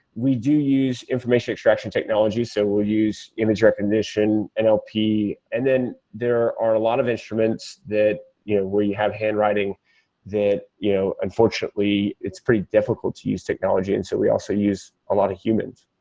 we do use information extraction technology, so we'll use image recognition, and nlp. and then there are a lot of instruments that you know we have handwriting that you know unfortunately it's pretty difficult to use technology, and so we also use a lot of humans.